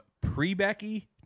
pre-Becky